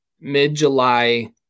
mid-July